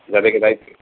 যাদেরকে দায়িত্বে